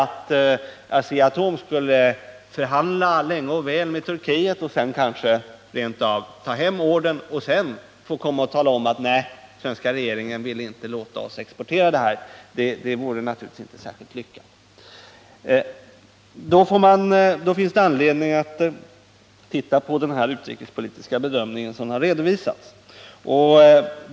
Det skulle naturligtvis inte vara särskilt lyckat om Asea-Atom förhandlade länge och väl med Turkiet, och kanske rent av tog hem ordern, och att man sedan skulle vara tvungen att meddela att den svenska regeringen inte ville låta företaget ta hem ordern. Det finns anledning att se litet närmare på den utrikespolitiska bedömning som gjorts och som redovisas i svaret.